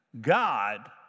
God